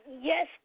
Yes